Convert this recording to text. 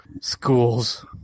schools